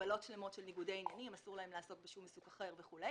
מגבלות שלמות של ניגודי עניינים אסור להם לעסוק בשום עיסוק אחר וכולי